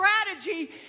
strategy